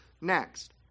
next